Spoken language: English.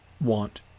want